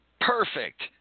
Perfect